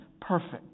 perfect